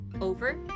Over